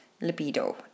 libido